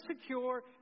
secure